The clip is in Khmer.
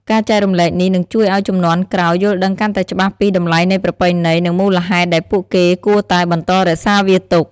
ការចែករំលែកនេះនឹងជួយឱ្យជំនាន់ក្រោយយល់ដឹងកាន់តែច្បាស់ពី តម្លៃនៃប្រពៃណី និងមូលហេតុដែលពួកគេគួរតែបន្តរក្សាវាទុក ។